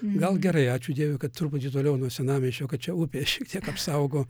gal gerai ačiū dievui kad truputį toliau nuo senamiesčio kad čia upė šiek tiek apsaugo